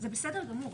זה בסדר גמור,